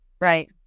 Right